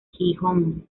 gijón